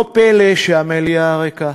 לא פלא שהמליאה ריקה.